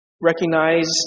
recognize